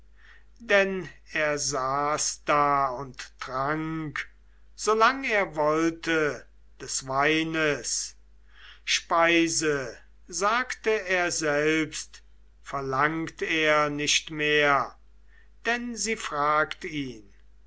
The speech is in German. denn er saß da und trank solang er wollte des weines speise sagte er selbst verlangt er nicht mehr denn sie fragt ihn